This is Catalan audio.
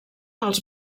els